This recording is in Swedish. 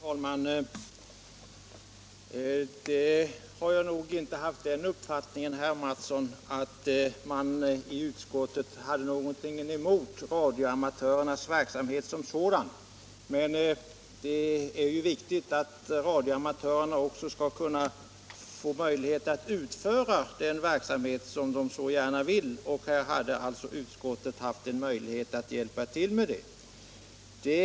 Herr talman! Jag har inte haft den uppfattningen, herr Mattsson, att man i utskottet skulle ha någonting emot radioamatörernas verksamhet som sådan. Men det är viktigt att radioamatörerna också får möjlighet att utföra den verksamhet som de så gärna vill ägna sig åt, och här hade utskottet kunnat hjälpa till med det.